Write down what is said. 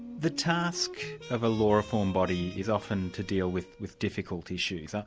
the task of a law reform body is often to deal with with difficult issues.